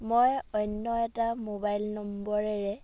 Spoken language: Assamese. মই অন্য এটা মোবাইল নম্বৰেৰে